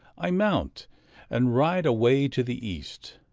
i mount and ride away to the east,